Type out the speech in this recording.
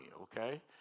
okay